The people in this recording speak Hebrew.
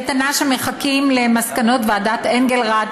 בטענה שמחכים למסקנות ועדת אנגלרד,